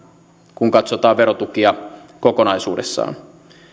kun katsotaan verotukia kokonaisuudessaan